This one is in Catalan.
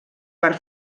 per